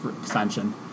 extension